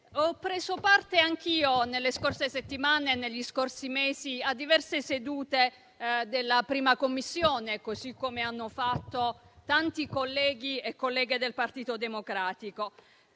ho preso parte anch'io nelle scorse settimane e negli scorsi mesi a diverse sedute della 1a Commissione, così come hanno fatto tanti colleghi e colleghe del Partito Democratico.